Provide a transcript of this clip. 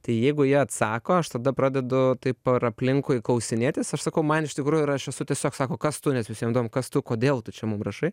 tai jeigu jie atsako aš tada pradedu taip per aplinkui klausinėtis aš sakau man iš tikrųjų ir aš esu tiesiog sako kas tu nes visiem įdomu kas tu kodėl tu čia mum rašai